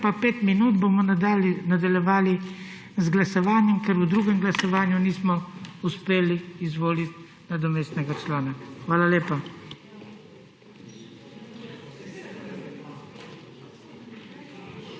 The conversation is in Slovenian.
sejo. 20.05 bomo nadaljevali z glasovanjem, ker v drugem glasovanju nismo uspeli izvoliti nadomestnega člana. Hvala lepa.